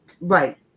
Right